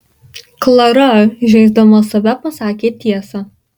klara žeisdama save pasakė tiesą